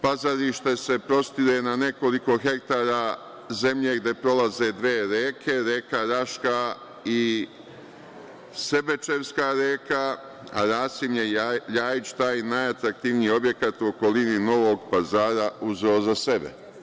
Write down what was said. Pazarište“ se prostire na nekoliko hektara zemlje gde prolaze dve reke, reka Raška i Sebečevska reka, a Rasim Ljajić je taj najatraktivniji objekat u okolini Novog Pazara uzeo za sebe.